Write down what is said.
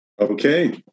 Okay